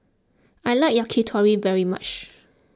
I like Yakitori very much